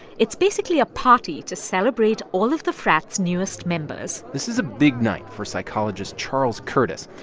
it's basically a party to celebrate all of the frats' newest members this is a big night for psychologist charles curtis.